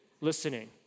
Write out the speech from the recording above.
listening